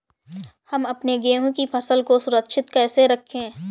हम अपने गेहूँ की फसल को सुरक्षित कैसे रखें?